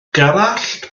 gerallt